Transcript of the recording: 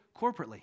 corporately